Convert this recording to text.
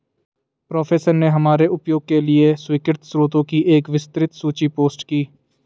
professor ने हमारे उपयोग के लिए स्वीकृत स्रोतों की एक विस्तृत सूची पोस्ट की